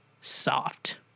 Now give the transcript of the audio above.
soft